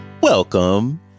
welcome